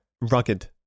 rugged